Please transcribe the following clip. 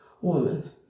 woman